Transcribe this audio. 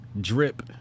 drip